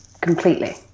Completely